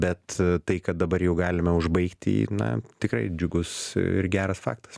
bet tai kad dabar jau galime užbaigti jį na tikrai džiugus ir geras faktas